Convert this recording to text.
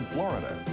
Florida